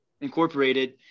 Incorporated